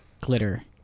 glitter